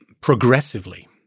progressively